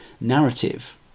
narrative